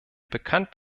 bekannt